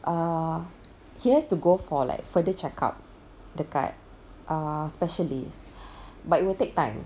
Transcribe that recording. err he has to go for like further check up dekat err specialists but it will take time